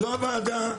זו הוועדה,